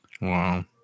Wow